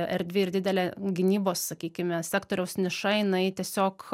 erdvi ir didelė gynybos sakykime sektoriaus niša jinai tiesiog